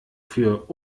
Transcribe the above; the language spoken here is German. für